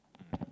mm